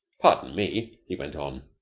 pardon me, he went on,